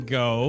go